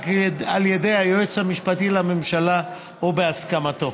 על ידי היועץ המשפטי לממשלה או בהסכמתו.